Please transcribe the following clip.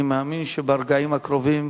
אני מאמין שברגעים הקרובים